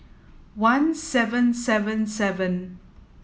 one seven seven seven